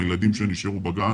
הילדים שנשארו בגן.